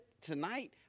tonight